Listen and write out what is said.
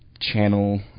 channel